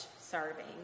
serving